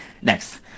next